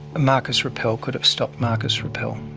marcus rappel could have stopped marcus rappel.